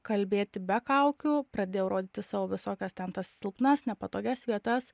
kalbėti be kaukių pradėjau rodyti savo visokias ten tas silpnas nepatogias vietas